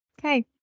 Okay